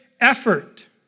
effort